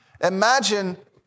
Imagine